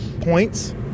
points